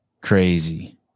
Crazy